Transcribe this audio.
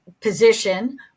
position